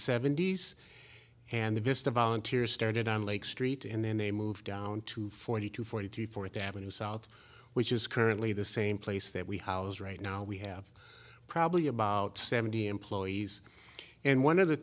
seventy s and the vista volunteers started on lake street and then they moved down to forty to forty fourth avenue south which is currently the same place that we housed right now we have probably about seventy employees and one of the